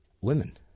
women